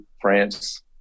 France